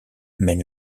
mène